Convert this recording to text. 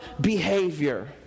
behavior